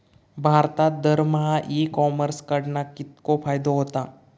भारतात दरमहा e commerce कडणा कितको फायदो होता?